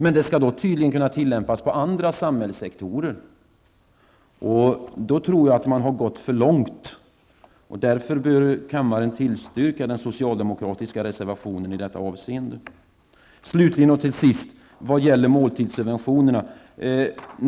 Men detta skall tydligen kunna tillämpas inom andra samhällssektorer. Då tror jag att man har gått för långt. Därför bör kammaren bifalla den socialdemokratiska reservationen i detta avseende. Slutligen vill jag ta upp måltidssubventionerna.